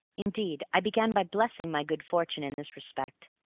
indeed i began by blessing my good fortune in this respect.